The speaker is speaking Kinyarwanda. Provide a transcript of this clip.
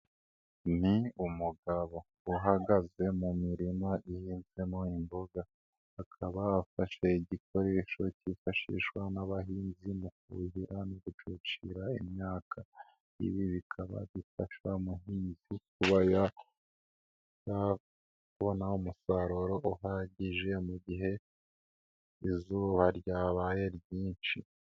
Ni umugabo uhagaze mu mirima ihinzemo imboga, akaba afashe igikoresho kifashishwa n'abahinzi mu kuhira no gucucira, imyaka ibi bikaba bifasha muhinzi kuba ya kubona umusaruro uhagije mu gihe izuba ryabaye ryinshi.